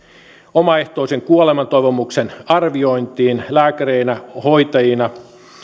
omaehtoisen kuoleman toivomuksen arviointiin lääkäreinä hoitajina